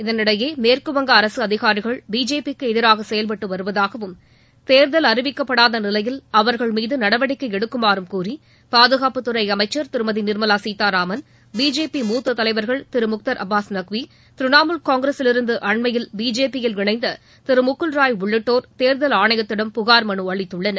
இதனிடையே மேற்குவங்க அரசு அதிகாரிகள் பிஜேபி க்கு எதிராக செயல்பட்டு வருவதாகவும் தேர்தல் அறிவிக்கப்படாத நிலையில் அவர்கள் மீது நடவடிக்கை எடுக்குமாறும் கூறி பாதுகாப்புத்துறை அமைச்சர் திருமதி நிர்மலா சீதாராமன் பிஜேபி மூத்த தலைவர்கள் திரு முக்தார் அபாஸ் நக்வி திரிணமூல் காங்கிரஸிலிருந்து பிஜேபி யில் அண்மையில் இணைந்த திரு முகுவ்ராய் உள்ளிட்டோர் தேர்தல் ஆணையத்திடம் புகார் மனு அளித்துள்ளனர்